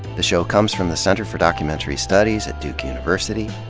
the show comes from the center for documentary studies at duke university,